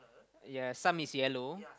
yea some is yellow